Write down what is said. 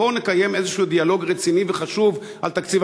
ובואו נקיים איזשהו דיאלוג רציני וחשוב על תקציב